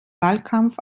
wahlkampf